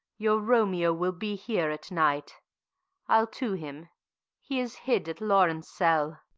your romeo will be here at night i'll to him he is hid at lawrence' cell.